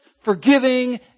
Forgiving